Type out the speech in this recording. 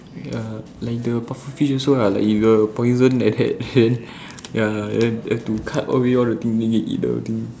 ya like the pufferfish also ah like the poison ya have to cut away all then thing then can eat the thing